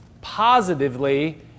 positively